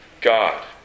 God